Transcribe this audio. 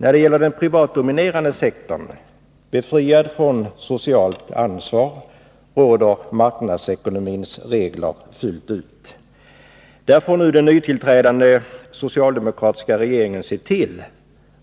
När det gäller den privatdominerade sektorn, befriad från socialt ansvar, råder marknadsekonomins regler fullt ut. Den nytillträdande socialdemokratiska regeringen får nu se till